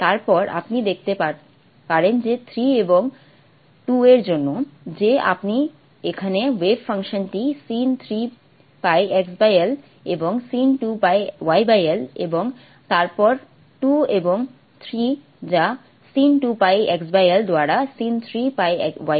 তারপরে আপনি দেখতে পারেন যে 3 এবং 2 এর জন্য যে আপনি এখানে ওয়েভ ফাংশনটি sin 3 π x L এবং sin 2 π y L এবং তারপর 2 এবং 3 যা sin 2 π x L দ্বারা sin 3 π y L